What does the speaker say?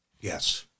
Yes